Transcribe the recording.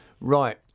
Right